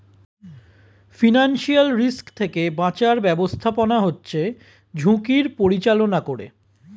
financial risk থেকে বাঁচার ব্যাবস্থাপনা হচ্ছে ঝুঁকির পরিচালনা করে